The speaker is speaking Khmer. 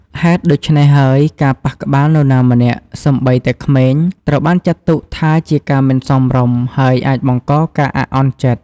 ហេតុដូច្នេះហើយ ការប៉ះក្បាលនរណាម្នាក់ សូម្បីតែក្មេង ត្រូវបានចាត់ទុកថាជាការមិនសមរម្យ ហើយអាចបង្កការអាក់អន់ចិត្ត។